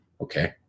Okay